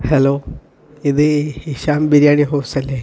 hello ഇത് ഹിഷാം ബിരിയാണി ഹൗസല്ലേ